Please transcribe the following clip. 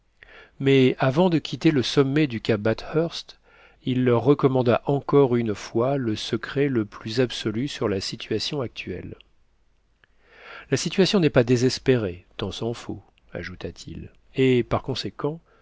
mais avant de quitter le sommet du cap bathurst il leur recommanda encore une fois le secret le plus absolu sur la situation actuelle la situation n'est pas désespérée tant s'en faut ajouta-t-il et par conséquent